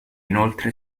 inoltre